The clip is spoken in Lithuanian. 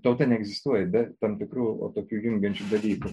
tauta neegzistuoja be tam tikrų tokių jungiančių dalykų